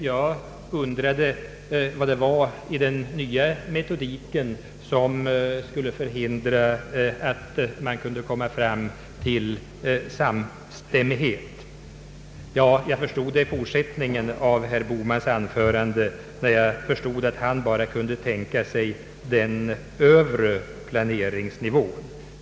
Jag undrade vad det var i den nya metodiken som skulle förhindra att man kunde komma fram till samstämmighet. Jag förstod det bättre när jag hörde fortsättningen av herr Bohmans anförande och fick reda på att han bara kunde tänka sig den övre planeringsnivån.